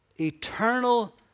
eternal